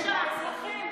האזרחים.